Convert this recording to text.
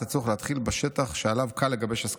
הצורך להתחיל בשטח שעליו קל לגבש הסכמה,